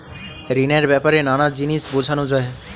ঋণের ব্যাপারে নানা জিনিস বোঝানো যায়